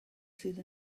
sydd